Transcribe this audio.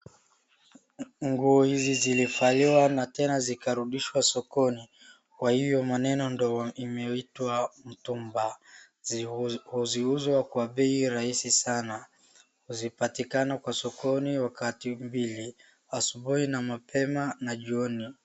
Nguo hizi zilivaliwa na tena zikarudishwa sokoni. Kwa hio maneno ndio imeitwa mitumba. Huuziuzwa kwa bei rahisi sana. Hupatikana kwa sokoni wakati mbili, asubuhi na mapema na jioni.